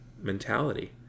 mentality